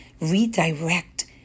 redirect